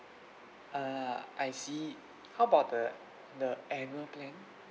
err I see how about the the annual plan